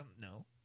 No